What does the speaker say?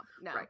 no